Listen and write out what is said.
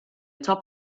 top